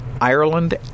Ireland